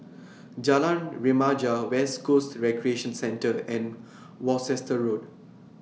Jalan Remaja West Coast Recreation Centre and Worcester Road